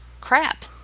crap